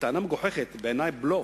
טענה מגוחכת, בעיני היא בלוף,